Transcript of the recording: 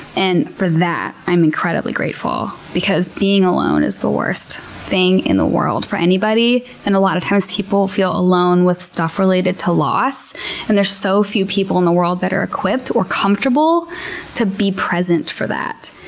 and for that, i'm incredibly grateful, because being alone is the worst thing in the world for anybody. and a lot of times people feel alone with stuff related to loss and there's so few people in the world that are equipped or comfortable to be present for that,